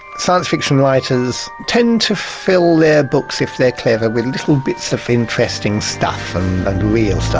science fiction writers tend to fill their books if they're clever with little bits of interesting stuff and real